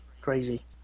Crazy